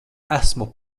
esmu